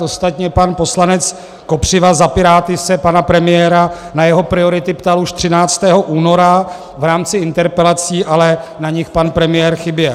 Ostatně pan poslanec Kopřiva za Piráty se pana premiéra na jeho priority ptal už 13. února v rámci interpelací, ale na nich pan premiér chyběl.